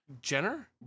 Jenner